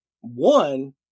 one